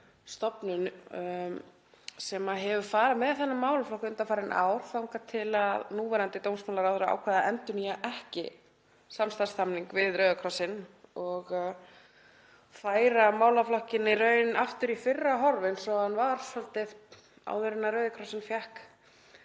stofnun sem hefur farið með þennan málaflokk undanfarin ár þangað til núverandi dómsmálaráðherra ákvað að endurnýja ekki samstarfssamning við Rauða krossinn og færa málaflokkinn í raun aftur í fyrra horf eins og hann var svolítið áður en Rauða krossinum